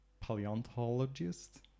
paleontologist